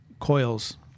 coils